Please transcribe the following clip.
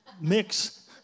mix